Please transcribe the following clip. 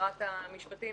ששרת המשפטים,